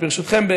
אז, ברשותכם,